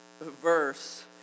verse